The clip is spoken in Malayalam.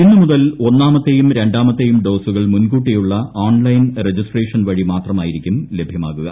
ഇന്ന് മുതൽ ഒന്നാമത്തേയും രണ്ടാമത്തേയും ഡോസുകൾ മുൻകൂട്ടിയുള്ള ഓൺലൈൻ രജിസ്ട്രേഷൻ വഴി മാത്രമായിരിക്കും ലഭ്യമാകുക